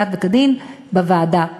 כדת ודין בוועדה,